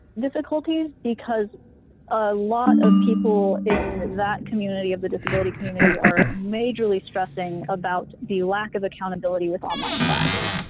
difficulties, because a lot of people in that community of the disability community are majorly stressing about the lack of accountability with online classes.